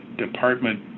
Department